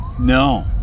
No